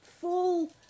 full